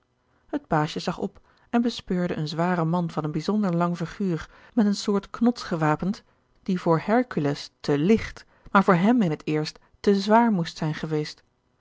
baasje zag op en bespeurde een zwaren man van een bijzonder lang figuur met eene soort knods gewapend die voor hercules te ligt maar voor hem in het eerst te zwaar moest zijn geweest